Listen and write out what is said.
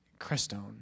Crestone